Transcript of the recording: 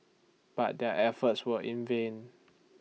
but their efforts were in vain